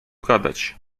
gadać